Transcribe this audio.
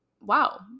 wow